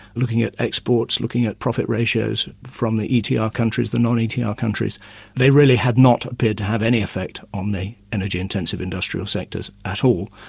looking at exports, looking at profit ratios from the etr ah countries, the non-etr ah countries they really have not appeared to have any effect on the energy intensive industrial sectors at all.